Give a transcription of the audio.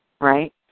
Right